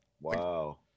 Wow